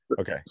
Okay